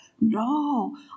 No